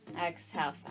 Exhale